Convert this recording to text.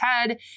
head